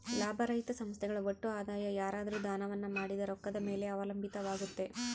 ಲಾಭರಹಿತ ಸಂಸ್ಥೆಗಳ ಒಟ್ಟು ಆದಾಯ ಯಾರಾದ್ರು ದಾನವನ್ನ ಮಾಡಿದ ರೊಕ್ಕದ ಮೇಲೆ ಅವಲಂಬಿತವಾಗುತ್ತೆ